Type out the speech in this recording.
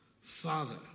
Father